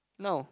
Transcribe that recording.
no